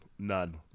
None